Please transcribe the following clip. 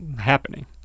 happening